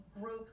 group